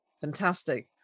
Fantastic